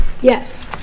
Yes